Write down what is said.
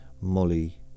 Molly